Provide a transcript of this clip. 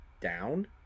down